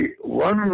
one